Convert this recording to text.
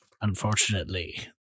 unfortunately